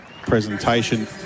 presentation